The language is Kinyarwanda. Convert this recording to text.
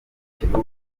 kibuga